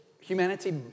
humanity